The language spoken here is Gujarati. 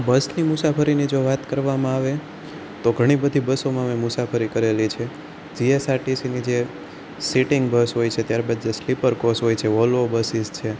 બસની મુસાફરીની જો વાત કરવામાં આવે તો ઘણી બધી બસોમાં મેં મુસાફરી કરેલી છે જીએસઆરટીસી ની જે સીટિંગ બસ હોય છે ત્યારે બધા સ્લીપર કોચ હોય છે વૉલવો બસ છે